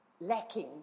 lacking